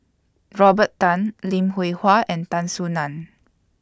Robert Tan Lim Hwee Hua and Tan Soo NAN